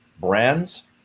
brands